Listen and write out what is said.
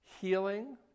healing